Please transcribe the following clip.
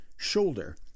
Shoulder